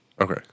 Okay